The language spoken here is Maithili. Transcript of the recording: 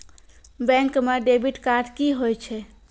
बैंक म डेबिट कार्ड की होय छै?